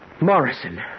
Morrison